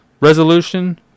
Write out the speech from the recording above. resolution